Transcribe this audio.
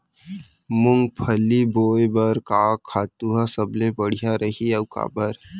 मूंगफली बोए बर का खातू ह सबले बढ़िया रही, अऊ काबर?